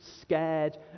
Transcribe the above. scared